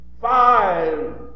five